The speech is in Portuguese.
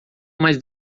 mas